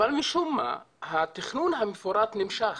אבל משום מה התכנון המפורט נמשך,